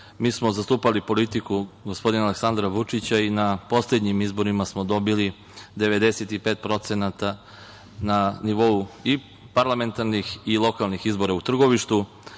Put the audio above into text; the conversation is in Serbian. mi smo zastupali politiku gospodina Aleksandra Vučića i na poslednjim izborima smo dobili 95% na nivou parlamentarnih i lokalnih izbora u Trgovištu